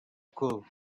cool